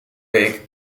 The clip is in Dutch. week